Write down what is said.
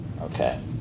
Okay